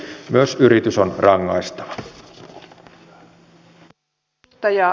myös yritys on rangaistava